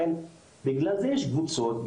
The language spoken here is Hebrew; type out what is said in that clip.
בגלל זה יש קבוצות,